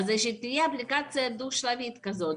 אז שתהיה אפליקציה דו שלבית כזאת.